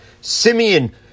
Simeon